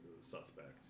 suspect